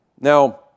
Now